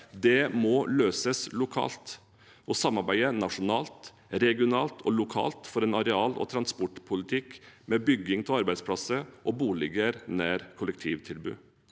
Det må løses lokalt og ved å samarbeide nasjonalt, regionalt og lokalt for en areal- og transportpolitikk med bygging av arbeidsplasser og boliger nær kollektivtilbud